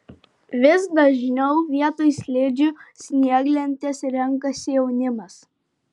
vis dažniau vietoj slidžių snieglentes renkasi jaunimas